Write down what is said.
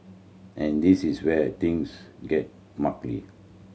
and this is where things get